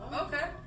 Okay